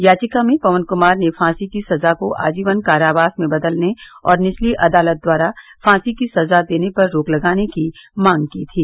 याचिका में पवन कुमार ने फांसी की सजा को आजीवन कारावास में बदलने और निचली अदालत द्वारा फांसी की सजा देने पर रोक लगाने की मांग की थी